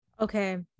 okay